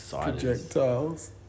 Projectiles